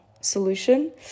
solution